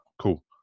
cool